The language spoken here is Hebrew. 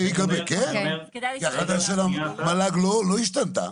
כי ההחלטה של המל"ג לא השתנתה.